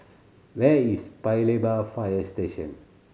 where is Paya Lebar Fire Station